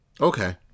Okay